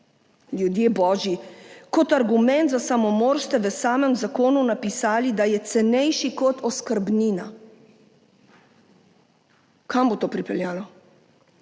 Ljudje božji, kot argument za samomor ste v samem zakonu napisali, da je cenejši kot oskrbnina. Kam bo to pripeljalo?